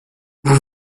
vous